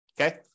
Okay